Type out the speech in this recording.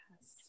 Yes